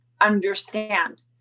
understand